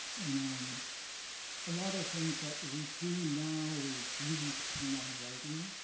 and um a lot of things that we do now, we really depend on writing.